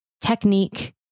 technique